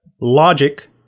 logic